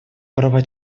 права